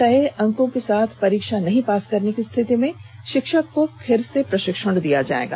तय अंक के साथ परीक्षा नहीं पास करने की स्थिति में षिक्षक को फिर से प्रषिक्षण दिया जाएगा